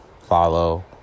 follow